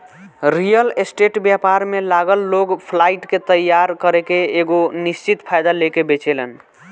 real state व्यापार में लागल लोग फ्लाइट के तइयार करके एगो निश्चित फायदा लेके बेचेलेन